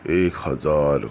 ایک ہزار